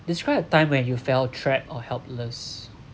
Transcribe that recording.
describe a time where you felt trapped or helpless